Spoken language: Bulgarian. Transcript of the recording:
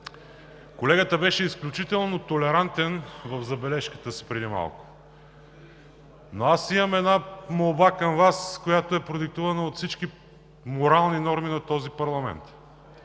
Колегата беше изключително толерантен в забележката си преди малко. Аз обаче имам молба към Вас, която е продиктувана от всички морални норми на този парламент.